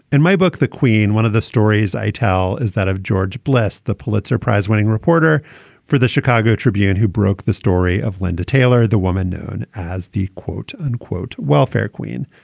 in my book, the queen, one of the stories i tell is that of george blessed, the pulitzer prize winning reporter for the chicago tribune, who broke the story of linda taylor, the woman known as the quote unquote, welfare queen.